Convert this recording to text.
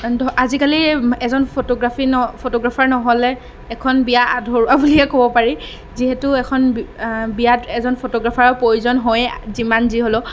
আজিকালি এজন photography photographer নহ'লে এখন বিয়া আধৰুৱা বুলিয়ে ক'ব পাৰি যিহেতু এখন বি বিয়াত এজন ফটোগ্ৰাফাৰৰ প্ৰয়োজন হয়েই যিমান যি হ'লেও